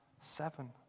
seven